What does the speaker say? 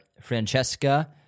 Francesca